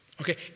Okay